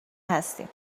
هستیم